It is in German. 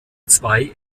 zwei